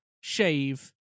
shave